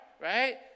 right